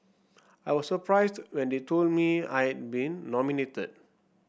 I was surprised when they told me I had been nominated